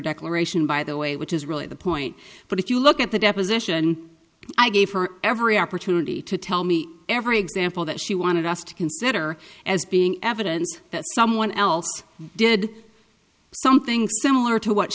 declaration by the way which is really the point but if you look at the deposition i gave her every opportunity to tell me every example that she wanted us to consider as being evidence that someone else did something similar to what